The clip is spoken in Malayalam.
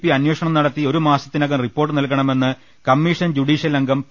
പി അന്വേഷണം നടത്തി ഒരു മാസത്തിനകം റിപ്പോർട്ട് നൽകണമെന്ന് കമ്മിഷൻ ജുഡീഷ്യൽ അംഗം പി